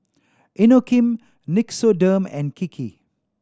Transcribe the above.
Inokim Nixoderm and Kiki